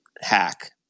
hack